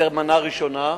זו מנה ראשונה.